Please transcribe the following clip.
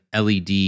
LED